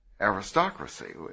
aristocracy